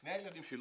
שני הילדים שלו,